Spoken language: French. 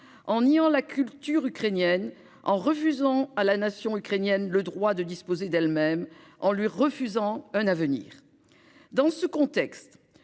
en niant la culture ukrainienne, en refusant à la nation ukrainienne le droit de disposer d'elle-même et d'avoir un avenir. Dans ce contexte,